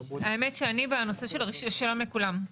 שלום לכולם.